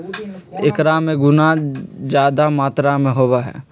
एकरा में गुना जादा मात्रा में होबा हई